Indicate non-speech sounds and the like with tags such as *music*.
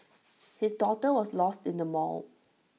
*noise* his daughter was lost in the mall